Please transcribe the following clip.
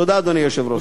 תודה, אדוני היושב-ראש.